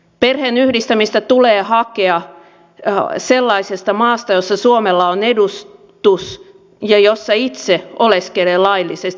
perheenyhdistämistä tulee hakea sellaisesta maasta jossa suomella on edustus ja jossa itse oleskelee laillisesti